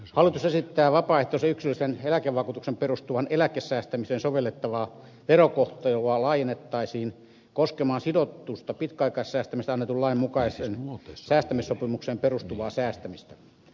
hallitus esittää että vapaaehtoiseen yksilölliseen eläkevakuutukseen perustuvaan eläkesäästämiseen sovellettavaa verokohtelua laajennettaisiin koskemaan sidotusta pitkäaikaissäästämisestä annetun lain mukaiseen säästämissopimukseen perustuvaa säästämistä